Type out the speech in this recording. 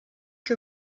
que